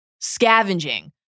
scavenging